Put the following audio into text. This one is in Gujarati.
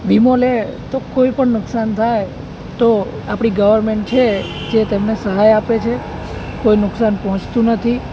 વીમો લે તો કોઈપણ નુકસાન થાય તો આપણી ગવર્મેન્ટ છે જે તમને સહાય આપે છે કોઈ નુકસાન પહોંચતું નથી